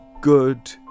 good